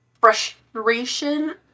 frustration